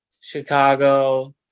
Chicago